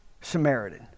Samaritan